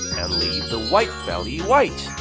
and leave the white belly white!